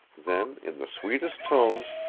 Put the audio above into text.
then in the sweetest tones,